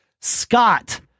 Scott